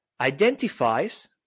identifies